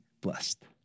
blessed